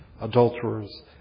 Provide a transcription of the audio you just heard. adulterers